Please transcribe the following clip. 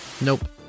Nope